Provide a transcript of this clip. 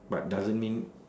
but doesn't mean